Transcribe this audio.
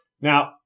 Now